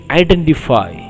identify